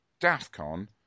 DAFCON